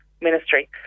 ministry